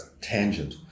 tangent